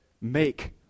make